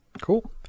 cool